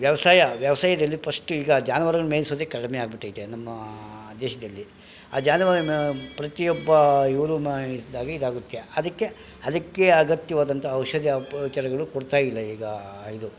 ವ್ಯವಸಾಯ ವ್ಯವಸಾಯದಲ್ಲಿ ಪಸ್ಟು ಈಗ ಜಾನುವಾರುಗಳ್ನ ಮೇಯಿಸೋದೇ ಕಡಿಮೆ ಆಗಿ ಬಿಟ್ಟೈತೆ ನಮ್ಮ ದೇಶದಲ್ಲಿ ಆ ಜಾನುವಾರನ್ನ ಪ್ರತಿಯೊಬ್ಬ ಇವರೂ ಇದಾಗುತ್ತೆ ಅದಕ್ಕೆ ಅದಕ್ಕೆ ಅಗತ್ಯವಾದಂಥ ಔಷಧಿ ಉಪಚಾರಗಳು ಕೊಡ್ತಾ ಇಲ್ಲ ಈಗ ಇದು